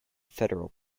federal